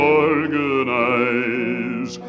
organize